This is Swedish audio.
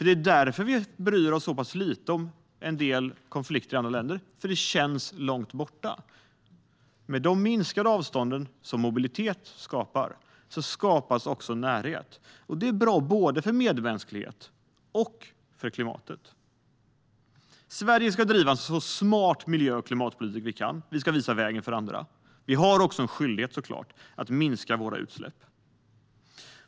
Det är därför vi bryr oss så pass lite om en del konflikter i andra länder - de känns långt borta. Med de minskade avstånd som mobilitet skapar skapas också närhet, och det är bra både för medmänsklighet och för klimatet. Vi i Sverige ska driva en så smart miljö och klimatpolitik vi kan. Vi ska visa vägen för andra. Vi har såklart en skyldighet att minska våra utsläpp.